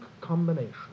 combination